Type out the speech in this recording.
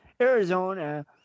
Arizona